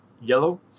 yellow